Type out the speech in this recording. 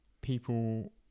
people